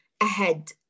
ahead